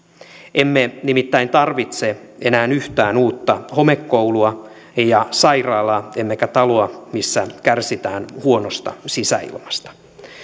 emme nimittäin tarvitse enää yhtään uutta homekoulua ja sairaalaa emmekä taloa missä kärsitään huonosta sisäilmasta